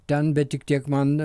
ten bet tik tiek man